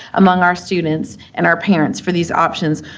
among our students and our parents for these options.